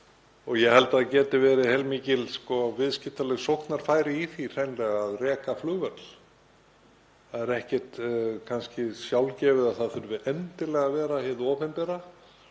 og ég held að það geti verið heilmikil viðskiptaleg sóknarfæri í því hreinlega að reka flugvöll. Það er ekkert sjálfgefið að það þurfi endilega að vera hið opinbera